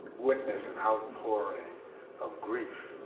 witnessed an outpouring of grief,